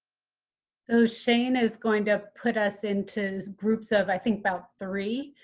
so shane is going to put us into groups of, i think about three